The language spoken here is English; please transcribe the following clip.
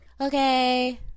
Okay